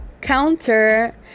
counter